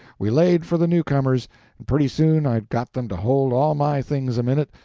we laid for the new-comers, and pretty soon i'd got them to hold all my things a minute,